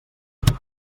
espai